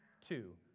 two